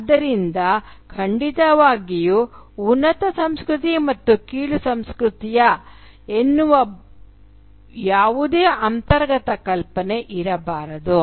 ಆದ್ದರಿಂದ ಖಂಡಿತವಾಗಿಯೂ ಉನ್ನತ ಸಂಸ್ಕೃತಿ ಮತ್ತು ಕೀಳು ಸಂಸ್ಕೃತಿಯ ಎನ್ನುವ ಯಾವುದೇ ಅಂತರ್ಗತ ಕಲ್ಪನೆ ಇರಬಾರದು